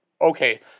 okay